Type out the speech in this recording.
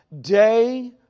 day